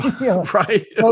Right